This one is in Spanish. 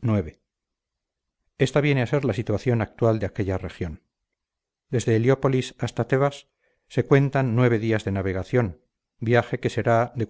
ix esta viene a ser la situación natural de aquella región desde heliópolis hasta tebas se cuentan nueve días de navegación viaje que será de